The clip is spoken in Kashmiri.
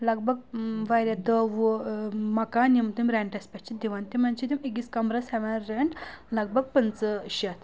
لگ بگ واریاہ دہ وُہ مَکان یِم تِم رؠنٛٹَس پؠٹھ چھِ دِوَان تِمَن چھِ تِم أکِس کَمرَس ہؠمن رینٛٹ لگ بگ پٕنٛژٕ شیٚتھ